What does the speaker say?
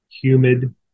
humid